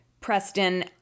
Preston